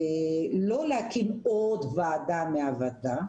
לא להקים עוד ועדה מהוועדה,